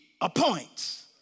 appoints